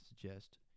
suggest